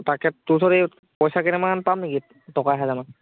তাকে তোৰ ওচৰত এই পইচা কেইটামান পাম নেকি টকা এহেজাৰমান